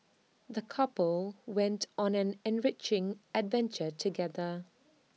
the couple went on an enriching adventure together